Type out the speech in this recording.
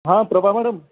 हां प्रभा मॅडम